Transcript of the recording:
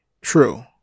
true